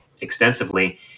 extensively